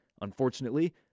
Unfortunately